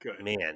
man